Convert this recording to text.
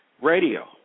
Radio